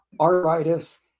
arthritis